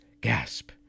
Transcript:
gasp